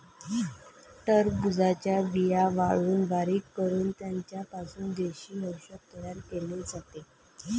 टरबूजाच्या बिया वाळवून बारीक करून त्यांचा पासून देशी औषध तयार केले जाते